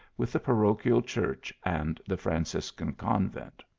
with the parochial church and the franciscan convent.